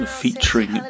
featuring